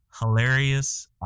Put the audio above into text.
hilarious